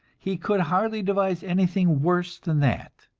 he could hardly devise anything worse than that.